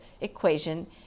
equation